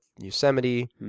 Yosemite